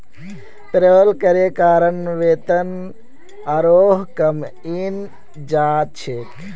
payroll करे कारण वेतन आरोह कम हइ जा छेक